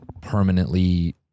permanently